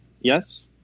Yes